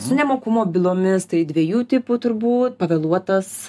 su nemokumo bylomis tai dviejų tipų turbū pavėluotas